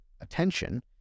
attention